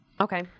okay